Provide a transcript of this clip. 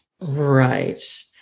Right